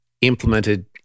implemented